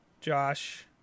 josh